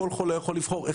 כל חולה יכול לבחור,